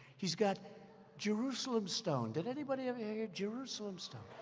he's got jerusalem stone. did anybody ever hear yeah jerusalem stone?